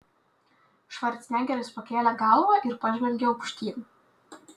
švarcnegeris pakėlė galvą ir pažvelgė aukštyn